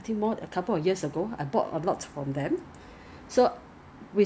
then they change to you must purchase something then 你可以拿那个 free gift